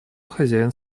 хозяин